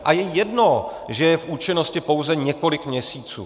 A je jedno, že je v účinnosti pouze několik měsíců.